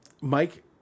Mike